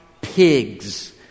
pigs